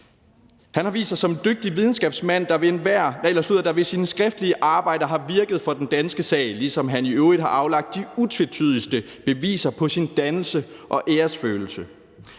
Han har vist sig som en dygtig videnskabsmand, der ved sine skriftlige arbejder har virket for den danske sag, ligesom han i øvrigt har aflagt de utvetydigste beviser på sin dannelse og æresfølelse.